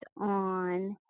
on